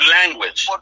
language